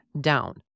down